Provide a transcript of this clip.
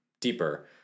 deeper